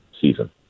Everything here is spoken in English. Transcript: season